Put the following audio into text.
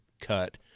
cut